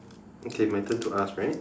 okay my turn to ask right